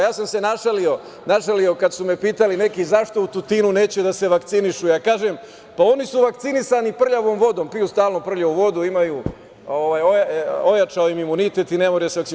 Ja sam se našalio kad su me pitali neki zašto u Tutinu neće da se vakcinišu, ja kažem – pa, oni su vakcinisani prljavom vodom, piju stalno prljavu vodu, ojačao im je imunitet i ne moraju da se vakcinišu.